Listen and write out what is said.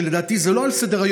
שלדעתי זה לא על סדר-היום,